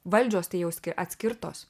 valdžios tai jauski atskirtos